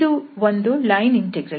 ಇದು ಒಂದು line integral